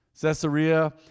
Caesarea